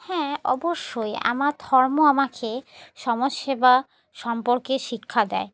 হ্যাঁ অবশ্যই আমার ধর্ম আমাকে সমাজসেবা সম্পর্কে শিক্ষা দেয়